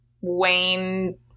Wayne